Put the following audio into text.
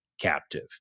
captive